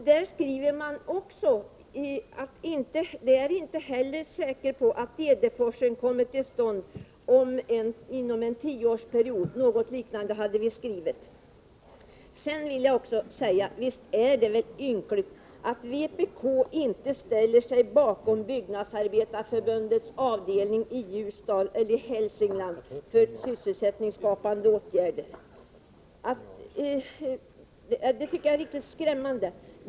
Där skriver man att det inte heller är säkert att en utbyggnad av Edeforsen kommer till stånd inom en tioårsperiod. Det var något liknande vi hade skrivit. Visst är det väl ynkligt att vpk inte ställer sig bakom Byggnadsarbetareförbundets avdelning i Hälsingland då det gäller sysselsättningsskapande åtgärder. Det tycker jag är riktigt skrämmande.